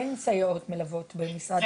אין סייעות מלוות במשרד הרווחה.